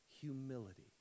humility